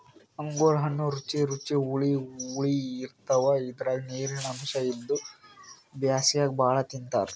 ಅಂಗೂರ್ ಹಣ್ಣ್ ರುಚಿ ರುಚಿ ಹುಳಿ ಹುಳಿ ಇರ್ತವ್ ಇದ್ರಾಗ್ ನೀರಿನ್ ಅಂಶ್ ಇದ್ದು ಬ್ಯಾಸ್ಗ್ಯಾಗ್ ಭಾಳ್ ತಿಂತಾರ್